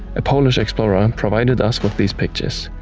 a polish explorer ah and provided us with these pictures.